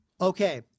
Okay